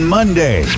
Monday